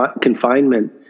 confinement